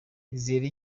izere